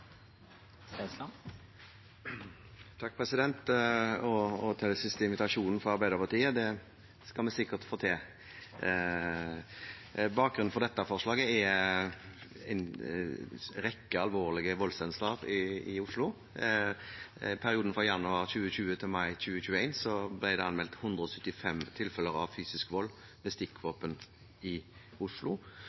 Til det siste: invitasjonen fra Arbeiderpartiet. Det skal vi sikkert få til. Bakgrunnen for dette forslaget er en rekke alvorlige voldshendelser i Oslo. I perioden fra januar 2020 til mai 2021 ble det anmeldt 175 tilfeller av fysisk vold med stikkvåpen i Oslo.